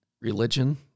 religion